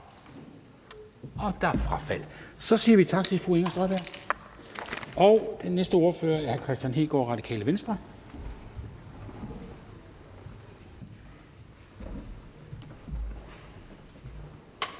Nej, han frafalder, så siger vi tak til fru Inger Støjberg. Det næste ordfører er hr. Kristian Hegaard, Radikale Venstre.